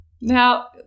Now